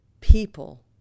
people